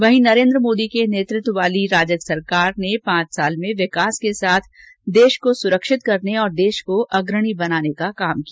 वहीं नरेन्द्र मोदी के नेतृत्व वाली राजग सरकार ने पांच साल में विकास के साथ देश को सुरक्षित करने और देश को अग्रणी देश बनाने का काम किया